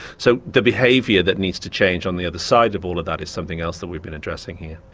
so the behaviour that needs to change on the other side of all of that is something else that we've been addressing here.